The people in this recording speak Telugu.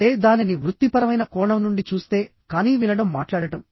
అంటే మీరు దానిని వృత్తిపరమైన కోణం నుండి చూస్తే కానీ వినడం మరియు మాట్లాడటం